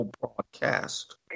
broadcast